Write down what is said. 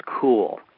cool